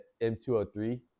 M203